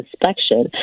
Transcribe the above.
inspection